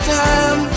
time